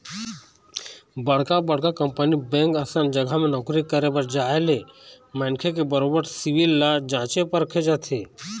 बड़का बड़का company bank असन जघा म नौकरी करे बर जाय ले मनखे के बरोबर सिविल ल जाँचे परखे जाथे